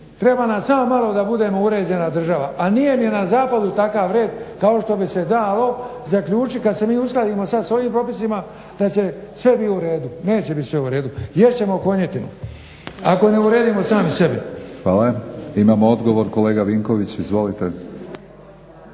Treba nam samo malo da budemo uređena država a nije ni na zahodu takav red kao što bi se dalo zaključiti kad se mi uskladimo sad s ovim popisima da će sve bit u redu. Neće bit sve u redu. Jest ćemo konjetinu, ako ne uredimo sami sebi. **Batinić, Milorad (HNS)** Hvala. Imamo odgovor, kolega Vinković izvolite.